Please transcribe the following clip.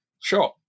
Sure